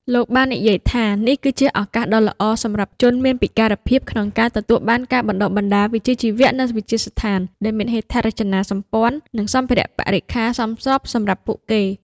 លោកបាននិយាយថា នេះគឺជាឱកាសដ៏ល្អសម្រាប់ជនមានពិការភាពក្នុងការទទួលបានការបណ្តុះបណ្តាលវិជ្ជាជីវៈនៅវិទ្យាស្ថានដែលមានហេដ្ឋារចនាសម្ព័ន្ធនិងសម្ភារៈបរិក្ខារសមស្របសម្រាប់ពួកគេ។